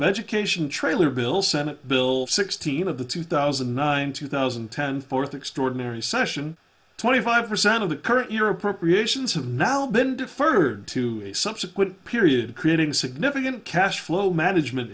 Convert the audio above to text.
of education trailer bill senate bill sixteen of the two thousand and nine two thousand and ten fourth extraordinary session twenty five percent of the current year appropriations have now been deferred to a subsequent period creating significant cash flow management